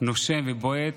נושם ובועט,